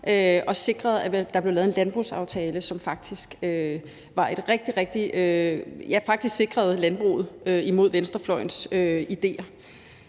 og sikrede, at der blev lavet en landbrugsaftale, som faktisk sikrede landbruget imod venstrefløjens idéer.